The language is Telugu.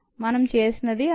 మనము చేసిన ది అదే